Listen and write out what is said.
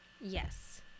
Yes